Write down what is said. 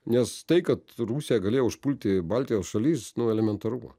nes tai kad rusija galėjo užpulti baltijos šalis nu elementaru buvo